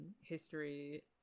history